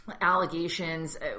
allegations